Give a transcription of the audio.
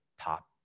top